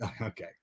okay